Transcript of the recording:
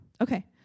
Okay